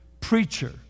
preacher